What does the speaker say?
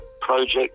project